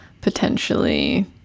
potentially